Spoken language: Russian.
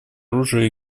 оружию